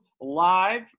live